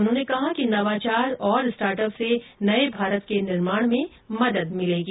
उन्होंने कहा कि नवाचार और स्टार्टअप से नये भारत के निर्माण में मदद मिलेगी